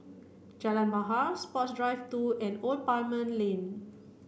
Jalan Bahar Sports Drive two and Old Parliament Lane